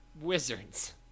wizards